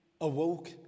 awoke